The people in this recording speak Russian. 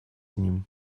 ним